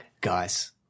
guys